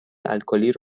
الکلی